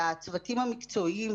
והצוותים המקצועיים,